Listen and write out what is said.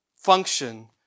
function